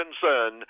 concern